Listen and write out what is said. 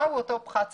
מהו אותו פחת סביר?